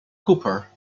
cooper